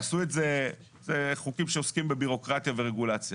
חוקים שעוסקים בבירוקרטיה ורגולציה.